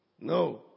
No